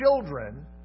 children